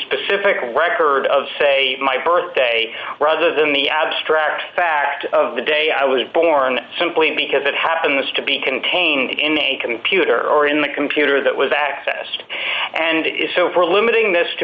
specific record of say my birthday rather than the abstract fact of the day i was born simply because it happens to be contained in a computer or in the computer that was accessed and is so for limiting this to